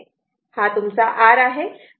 हा तुमचा R आहे आणि हे तुमचे j L ω आहे